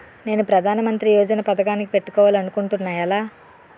నేను ప్రధానమంత్రి యోజన పథకానికి పెట్టుకోవాలి అనుకుంటున్నా ఎలా?